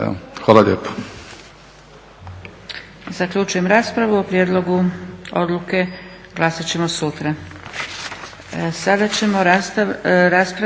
hvala lijepa.